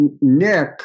Nick